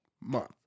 month